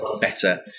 better